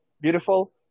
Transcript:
beautiful